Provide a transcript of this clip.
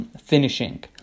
finishing